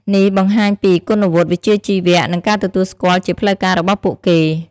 នេះបង្ហាញពី គុណវុឌ្ឍិ វិជ្ជាជីវៈ និងការទទួលស្គាល់ជាផ្លូវការរបស់ពួកគេ។